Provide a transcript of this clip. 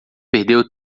perdeu